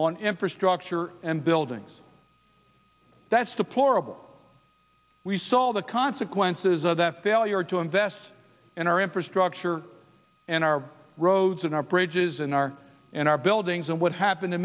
on infrastructure and buildings that's deplorable we saw the consequences of that failure to invest in our infrastructure and our roads and our bridges in our in our buildings and what happened